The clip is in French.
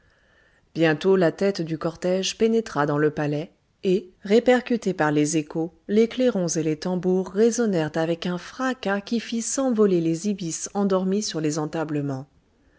bientôt la tête du cortège pénétra dans le palais et répercutés par les échos les clairons et les tambours résonnèrent avec un fracas qui fit s'envoler les ibis endormis sur les entablements